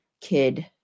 kid